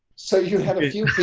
so you have a